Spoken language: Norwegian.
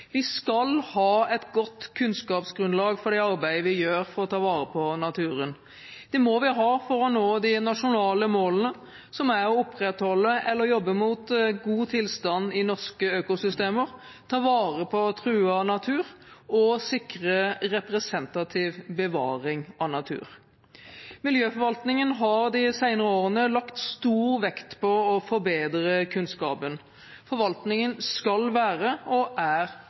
Vi skal ha et godt kunnskapsgrunnlag for det arbeidet vi gjør for å ta vare på naturen. Det må vi ha for å nå de nasjonale målene, som er å opprettholde eller jobbe for god tilstand i norske økosystemer, ta vare på truet natur og sikre representativ bevaring av natur. Miljøforvaltningen har de senere årene lagt stor vekt på å forbedre kunnskapen. Forvaltningen skal være og er